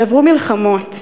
שעברו מלחמות.